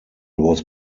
was